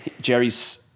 Jerry's